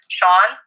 Sean